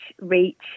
reach